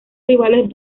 rivales